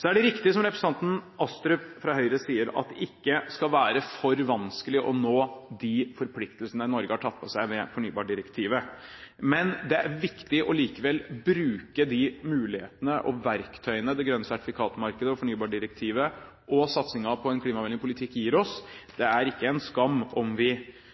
Så er det riktig, som representanten Astrup fra Høyre sier, at det ikke skal være for vanskelig å nå de forpliktelsene Norge har tatt på seg ved fornybardirektivet. Men det er likevel viktig å bruke de mulighetene og verktøyene det grønne sertifikatmarkedet og fornybardirektivet og satsingen på en klimavennlig politikk, gir oss. Det er ikke en skam om vi